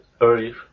early